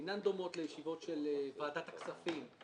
אינן דומות לישיבות של ועדת הכספים.